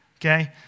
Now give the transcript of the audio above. okay